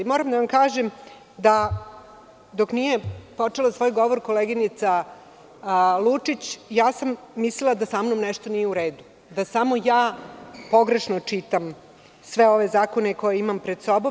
Moram da vam kažem da dok nije počela svoj govor koleginica Lučić, mislila sam da samnom nešto nije u redu, da samo ja pogrešno čitam sve ove zakone koje imam pred sobom.